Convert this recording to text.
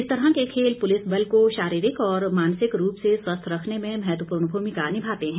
इस तरह के खेल पुलिस बल को शारीरिक और मानसिक रूप से स्वस्थ रखने में महत्वपूर्ण भूमिका निभाते हैं